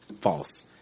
False